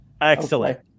Excellent